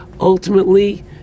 ultimately